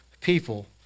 people